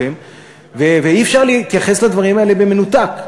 ואי-אפשר להתייחס לדברים האלה במנותק.